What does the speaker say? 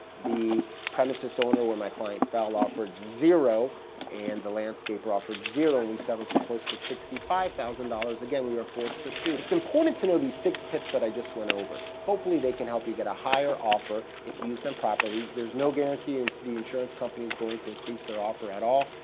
the premises owner where my client fell offered zero and the landscaper offered zero, and we settled for close to sixty five thousand dollars. again, we were forced to sue. it's important to know these six tips that i just went over. hopefully, they can help you get a higher offer if you use them properly. there's no guarantee and the insurance company's going to increase their offer at all.